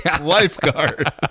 Lifeguard